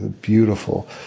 beautiful